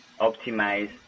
optimize